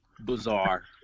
Bizarre